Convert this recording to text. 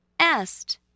est